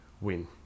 win